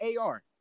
AR